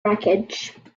wreckage